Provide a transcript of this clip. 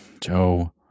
Joe